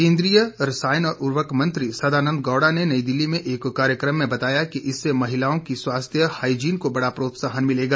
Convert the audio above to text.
केंद्रीय रसायन और उरर्वक मंत्री सदानंद गौड़ा ने नई दिल्ली में एक कार्यक्रम में बताया कि इससे महिलाओं की स्वास्थ्य हाईजीन को बड़ा प्रोत्साहन मिलेगा